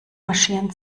marschieren